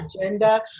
agenda